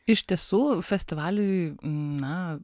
iš tiesų festivaliui na